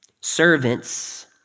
servants